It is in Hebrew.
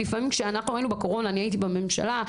כשהיינו בקורונה ואני הייתי בממשלה,